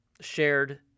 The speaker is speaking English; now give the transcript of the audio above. shared